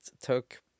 took